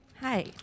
Hi